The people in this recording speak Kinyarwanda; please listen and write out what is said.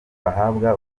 bahabwa